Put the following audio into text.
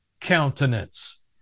countenance